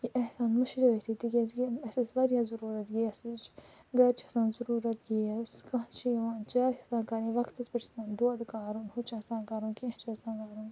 یہِ احسان مُشرٲتھٕے تِکیٛازِکہِ اَسہِ ٲس وارِیاہ ضُروٗرتھ گیسٕچ گَرِ چھُ آسان ضُروٗرتھ گیس کانٛہہ چھُ یِوان چاے چھِ آسان کَرٕنۍ وقتس پٮ۪ٹھ چھِ آسان دۄد کارُن ہُہ چھُ آسان کَرُن کیٚنٛہہ چھُ آسان